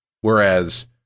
Whereas